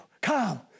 Come